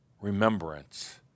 remembrance